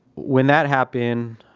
when that happened,